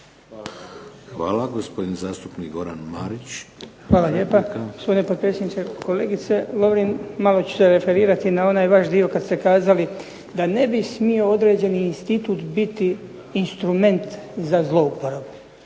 Marić, replika. **Marić, Goran (HDZ)** Hvala lijepa gospodine potpredsjedniče. Kolegice Lovrin malo ću se referirati na onaj vaš dio kada ste kazali da ne bi smio određeni institut biti instrument za zlouporabu.